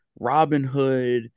Robinhood